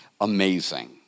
amazing